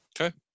Okay